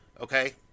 okay